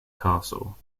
castle